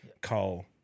Cole